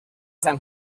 san